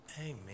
Amen